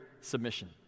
submission